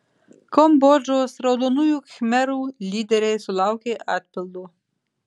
kambodžos raudonųjų khmerų lyderiai sulaukė atpildo